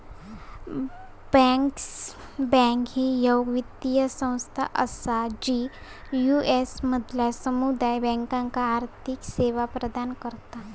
bankers bank ही येक वित्तीय संस्था असा जी यू.एस मधल्या समुदाय बँकांका आर्थिक सेवा प्रदान करता